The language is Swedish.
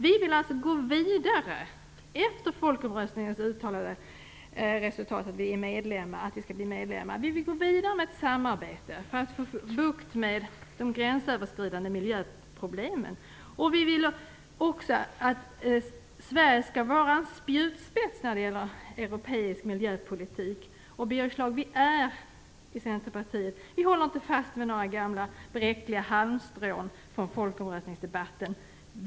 Vi vill alltså efter folkomröstningens utslag för ett medlemskap gå vidare med ett samarbete för att få bukt med de gränsöverskridande miljöproblemen. Vi vill också att Sverige skall vara en spjutspets när det gäller europeisk miljöpolitik. Och, Birger Schlaug, vi i Centerpartiet håller inte fast vid några gamla bräckliga halmstrån från folkomröstningsdebatten.